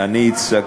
סליחה,